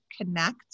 connect